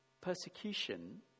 Persecution